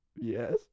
Yes